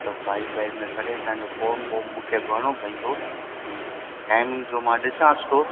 त फ़ाईल ॿाईल में भरे तव्हांजो फॉर्म बॉम मूंखे भरिणो पवंदो ऐं टाईमिंग जो मां ॾिसांसि थो